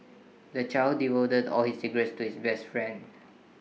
the child divulged all his secrets to his best friend